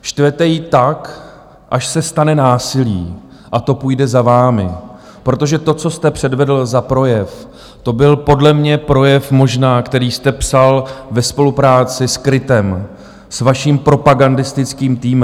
Štvete ji tak, až se stane násilí, a to půjde za vámi, protože to, co jste předvedl za projev, to byl podle mě projev možná, který jste psal ve spolupráci s KRITem, s vaším propagandistickým týmem.